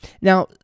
Now